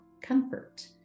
comfort